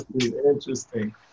interesting